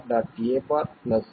c c'